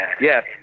Yes